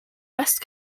west